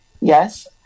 Yes